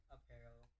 Apparel